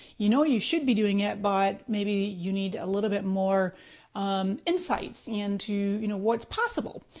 you know you should be doing it but maybe you need a little bit more insights into what's possible.